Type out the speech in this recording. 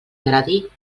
agradi